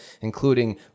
including